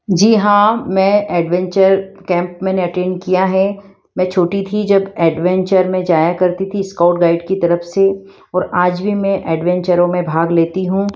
जी हाँ मैं adventure camp मैंने अटेंड किया है मैं छोटी थी जब एडवेंचर में जाया करती थी स्काउड गाइड की तरफ से और आज भी मैं एडवेंचरों में भाग लेती हूँ